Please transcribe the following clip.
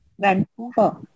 Vancouver